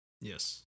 Yes